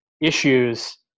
issues